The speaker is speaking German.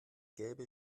gelbe